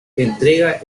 entrega